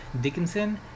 Dickinson